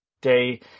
day